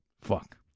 Fuck